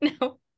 no